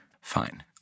Fine